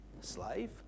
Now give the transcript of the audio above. slave